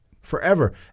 forever